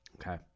Okay